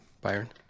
Byron